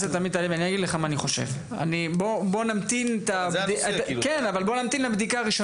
בוא נמתין לבדיקה הראשונית של השב"כ ולפי זה אנחנו נדע.